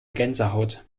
gänsehaut